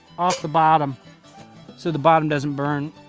off the bottom so the bottom doesn't burn.